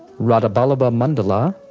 radhaballabha mandala,